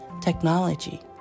technology